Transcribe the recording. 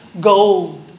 gold